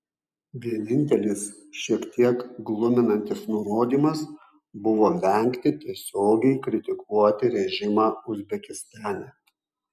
vienintelis šiek tiek gluminantis nurodymas buvo vengti tiesiogiai kritikuoti režimą uzbekistane